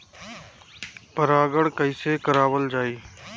परागण कइसे करावल जाई?